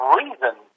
reason